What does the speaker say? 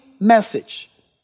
message